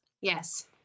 Yes